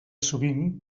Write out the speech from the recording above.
sovint